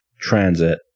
Transit